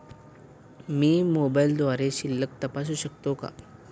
मी मोबाइलद्वारे शिल्लक तपासू शकते का?